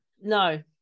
No